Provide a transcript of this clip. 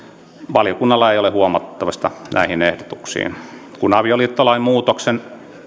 valiokunnalla ei ole huomauttamista näihin ehdotuksiin kun avioliittolain muutoksen